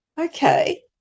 Okay